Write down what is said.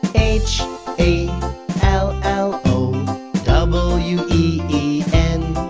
h a l l o w e e n.